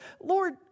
Lord